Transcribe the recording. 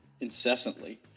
incessantly